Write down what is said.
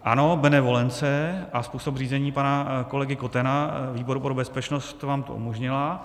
Ano, benevolence a způsob řízení pana kolegy Kotena výboru pro bezpečnost vám to umožnila.